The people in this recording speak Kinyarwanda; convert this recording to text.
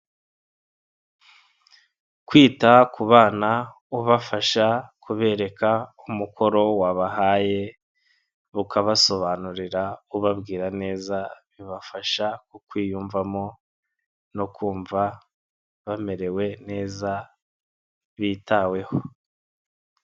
Kwita ku bana ubafasha kubereka umukoro wabahaye ukabasobanurira ubabwira neza, bibafasha kukwiyumvamo no kumva bamerewe neza bitaweho.